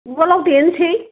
उवालाव देनोसै